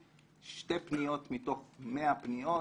שתי פניות מתוך 100 פניות.